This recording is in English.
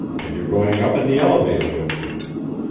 and you're going up in the elevator with me.